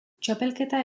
txapelketa